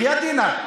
בחייאת דינכ.